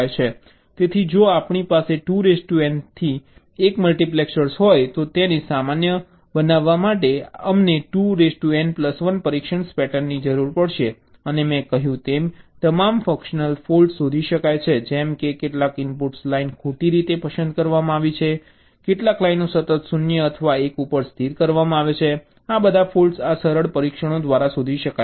તેથી જો આપણી પાસે 2n થી 1 મલ્ટિપ્લેક્સર હોય તો તેને સામાન્ય બનાવવા માટે અમને 2n1 પરીક્ષણ પેટર્નની જરૂર પડશે અને મેં કહ્યું તેમ તમામ ફંશનલ ફૉલ્ટ્સ શોધી શકાય છે જેમ કે કેટલાક ઇનપુટ લાઇન ખોટી રીતે પસંદ કરવામાં આવી છે કેટલાક લાઇનો સતત 0 અથવા 1 ઉપર સ્થિર કરવામાં આવે છે આ બધા ફૉલ્ટ્સ આ સરળ પરીક્ષણો દ્વારા શોધી શકાય છે